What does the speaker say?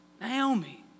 Naomi